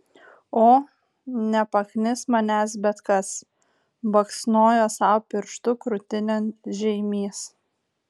o nepaknis manęs bet kas baksnojo sau pirštu krūtinėn žeimys